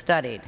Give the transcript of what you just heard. studied